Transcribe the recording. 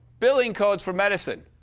billing codes for medicine.